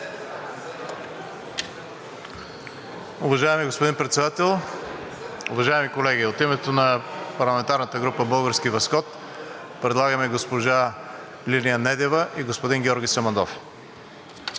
Уважаеми господин Председател, уважаеми колеги! От името на парламентарната група на „Български възход“ предлагаме госпожа Лилия Недева и господин Георги Самандов.